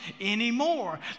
anymore